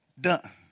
done